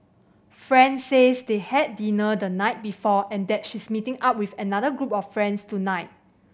friend says they had dinner the night before and that she's meeting up with another group of friends tonight